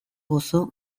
gozo